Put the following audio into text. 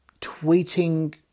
tweeting